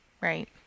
Right